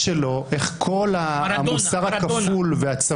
על ראש